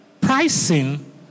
pricing